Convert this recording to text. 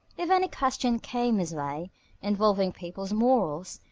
if any question came his way involving people's morals,